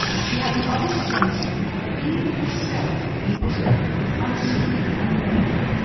she had the oddest sense of being herself invisible, unseen, unknown.